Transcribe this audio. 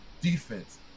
defense